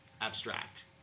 abstract